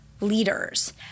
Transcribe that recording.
leaders